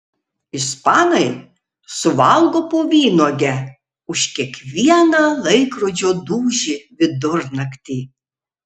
ispanai suvalgo po vynuogę už kiekvieną laikrodžio dūžį vidurnaktį